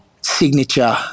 signature